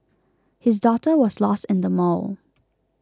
his daughter was lost in the mall